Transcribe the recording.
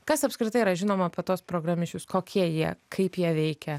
kas apskritai yra žinoma apie tuos programišius kokie jie kaip jie veikia